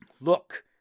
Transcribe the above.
Look